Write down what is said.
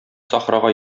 сахрага